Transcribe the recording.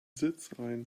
sitzreihen